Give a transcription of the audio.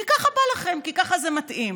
כי ככה בא לכם, כי ככה זה מתאים.